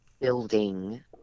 building